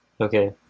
okay